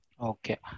Okay